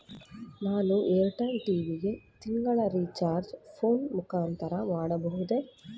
ನಾನು ಏರ್ಟೆಲ್ ಟಿ.ವಿ ಗೆ ತಿಂಗಳ ರಿಚಾರ್ಜ್ ಫೋನ್ ಮುಖಾಂತರ ಮಾಡಬಹುದೇ?